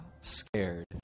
scared